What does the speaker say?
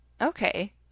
Okay